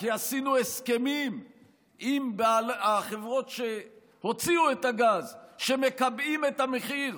כי עשינו הסכמים עם החברות שהוציאו את הגז שמקבעים את המחיר.